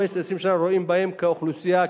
20 שנה רואים בהם בניינים של אוכלוסייה,